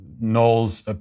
Knowles